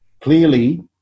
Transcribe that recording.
Clearly